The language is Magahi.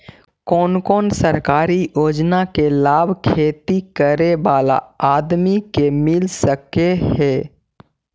कोन कोन सरकारी योजना के लाभ खेती करे बाला आदमी के मिल सके हे?